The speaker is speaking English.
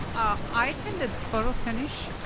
i attended photo finish,